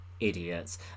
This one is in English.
Idiots